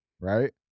right